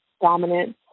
dominance